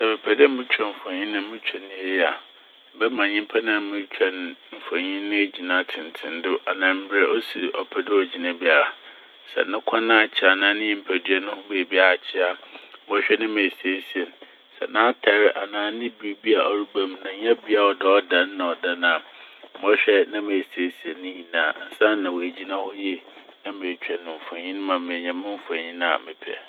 Sɛ mepɛ dɛ motwa mfonyin na motwa ne yie a. Mɛma nyimpa no a morotwa no mfonyin no egyina tsentsendo anaa mbrɛ osi ɔpɛ dɛ ogyina biara a. Na sɛ no kɔn akyea anaa ne nyimpadua no ho beebiara akyea. Mɔhwɛ na mesiesie n'. Sɛ n'atar anaa ne biribi a ɔreba mu n' nnyɛ bea a ɔwɔ dɛ ɔda n' na ɔda no a, mɔhwɛ na mesiesie nyinaa ansaana oegyina hɔ yie na metwa no mfonyin ma menya mo mfonyin a mepɛ.